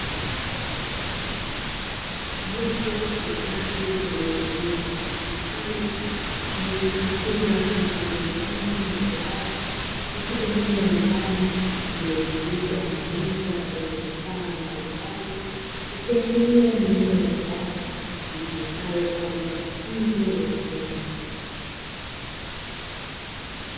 Jopo la watu waliovalia mavazi maalum na vifaa kinga kama vile miwani na glavu katika eneo la ndani, lililozungukwa na meza zenye vifaa mbalimbali ikiashiria ni eneo la darasa litumikalo kwa ajili ya mafunzo ya ufundi.